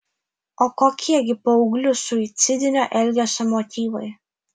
o kokie gi paauglių suicidinio elgesio motyvai